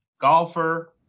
golfer